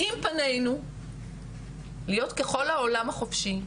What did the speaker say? אני חושבת שזה משהו שכן צריך לתת עליו את הדעת גם מבחינת הסברה לפני זה,